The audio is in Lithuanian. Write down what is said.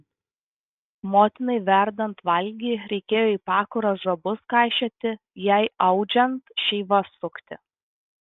motinai verdant valgį reikėjo į pakurą žabus kaišioti jai audžiant šeivas sukti